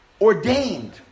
ordained